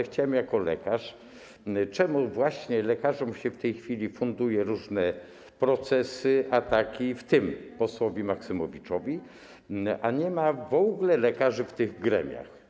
Chciałem zapytać jako lekarz, czemu właśnie lekarzom w tej chwili funduje się różne procesy, ataki, w tym posłowi Maksymowiczowi, a nie ma w ogóle lekarzy w tych gremiach.